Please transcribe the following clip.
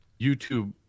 YouTube